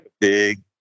big